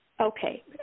Okay